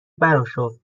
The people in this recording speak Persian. براشفت